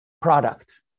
product